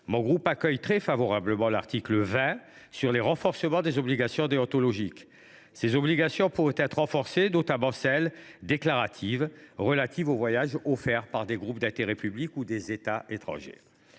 Mon groupe accueille très favorablement l’article 20 sur le renforcement des obligations déontologiques. Celles ci pourraient être accrues : je pense notamment aux obligations déclaratives relatives aux voyages offerts par des groupes d’intérêt public ou des États étrangers.